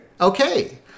Okay